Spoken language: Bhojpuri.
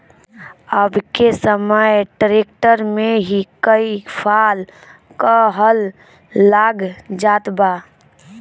अब के समय ट्रैक्टर में ही कई फाल क हल लाग जात बा